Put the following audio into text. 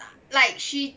like she